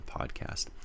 podcast